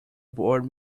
board